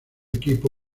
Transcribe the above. equipo